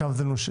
שם זה נשאר.